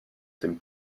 dem